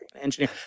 engineer